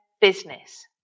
business